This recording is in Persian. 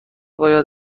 باید